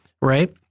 right